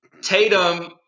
Tatum